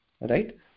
right